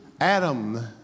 Adam